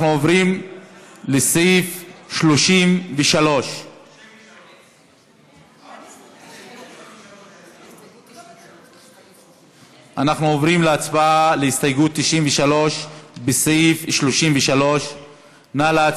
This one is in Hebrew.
אנחנו עוברים לסעיף 33. הסתייגות 93. אנחנו עוברים